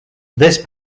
this